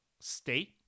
state